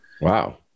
Wow